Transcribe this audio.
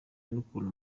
n’ukuntu